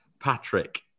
Patrick